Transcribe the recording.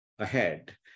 Ahead